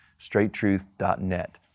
straighttruth.net